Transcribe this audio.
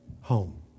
home